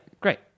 great